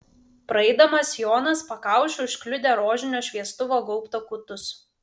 praeidamas jonas pakaušiu užkliudė rožinio šviestuvo gaubto kutus